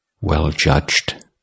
well-judged